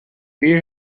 beer